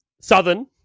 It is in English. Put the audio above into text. Southern